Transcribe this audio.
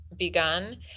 begun